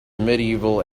medieval